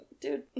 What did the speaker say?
Dude